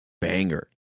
banger